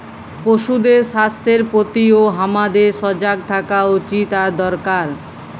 পশুদের স্বাস্থ্যের প্রতিও হামাদের সজাগ থাকা উচিত আর দরকার